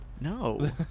No